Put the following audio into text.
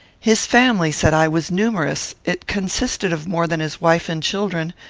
his family, said i, was numerous. it consisted of more than his wife and children.